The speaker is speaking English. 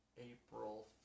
April